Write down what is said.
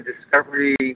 discovery